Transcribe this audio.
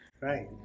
Right